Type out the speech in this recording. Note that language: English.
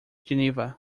geneva